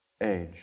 age